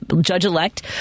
Judge-elect